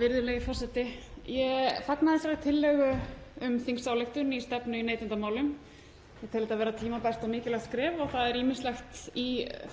Virðulegi forseti. Ég fagna þessari tillögu um þingsályktun um stefnu í neytendamálum. Ég tel þetta vera tímabært og mikilvægt skref og það er ýmislegt í